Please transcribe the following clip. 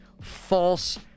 false